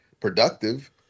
productive